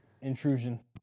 Intrusion